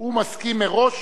הוא מסכים מראש